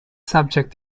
subject